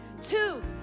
two